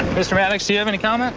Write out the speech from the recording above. mister attic, cnn com.